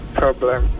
problem